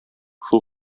шул